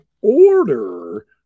order